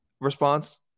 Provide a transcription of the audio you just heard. response